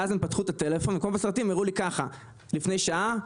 ואז הם פתחו את הטלפון וכמו בסרטים הראו לי ככה: לפני שעה,